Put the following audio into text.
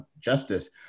justice